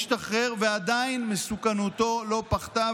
השתחרר ועדיין מסוכנותו לא פחתה,